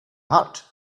hurt